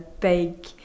big